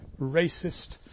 racist